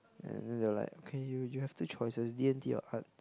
and then they were like okay you you have two choices D-and-T or art